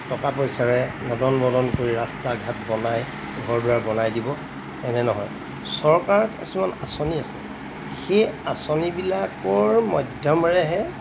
টকা পইচাৰে নদন বদন কৰি ৰাস্তা ঘাট বনাই ঘৰ দুৱাৰ বনাই দিব এনে নহয় চৰকাৰৰ কিছুমান আঁচনি আছে সেই আঁচনিবিলাকৰ মাধ্যমেৰেহে